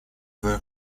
твое